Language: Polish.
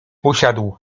usiadł